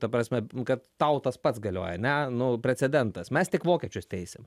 ta prasme kad tau tas pats galioja ane nu precedentas mes tik vokiečius teisim